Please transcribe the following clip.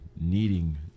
needing